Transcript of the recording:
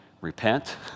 Repent